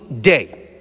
day